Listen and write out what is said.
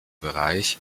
bereich